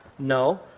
No